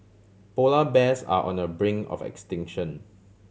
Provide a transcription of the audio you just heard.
polar bears are on the brink of extinction